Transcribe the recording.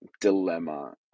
dilemma